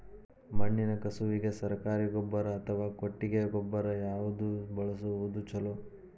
ಮಣ್ಣಿನ ಕಸುವಿಗೆ ಸರಕಾರಿ ಗೊಬ್ಬರ ಅಥವಾ ಕೊಟ್ಟಿಗೆ ಗೊಬ್ಬರ ಯಾವ್ದು ಬಳಸುವುದು ಛಲೋ?